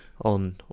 On